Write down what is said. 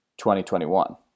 2021